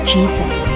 Jesus